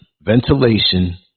ventilation